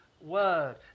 word